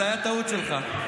זו הייתה טעות שלך.